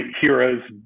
heroes